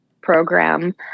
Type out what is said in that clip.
program